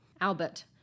Albert